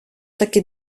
таки